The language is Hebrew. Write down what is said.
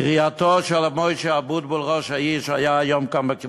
קריאתו של משה אבוטבול, ראש העיר,